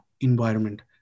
environment